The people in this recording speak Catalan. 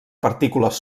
partícules